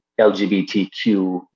LGBTQ